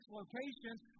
locations